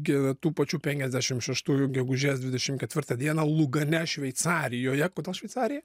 ge tų pačių penkiasdešim šeštųjų gegužės dvidešim ketvirtą dieną lugane šveicarijoje kodėl šveicarija